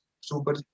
super